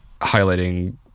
highlighting